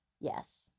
yes